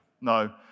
No